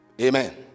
Amen